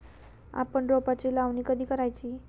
आपण रोपांची लावणी कधी करायची?